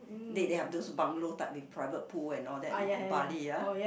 they they have those bungalow type with private pool and all know that know Bali ah